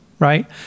right